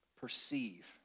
perceive